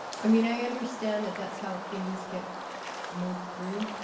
i mean i understand that that's how things get moved through.